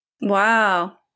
Wow